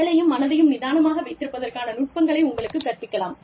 உடலையும் மனதையும் நிதானமாக வைத்திருப்பதற்கான நுட்பங்களை உங்களுக்குக் கற்பிக்கலாம்